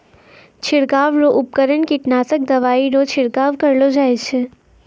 छिड़काव रो उपकरण कीटनासक दवाइ रो छिड़काव करलो जाय छै